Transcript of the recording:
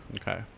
Okay